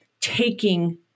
taking